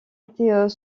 était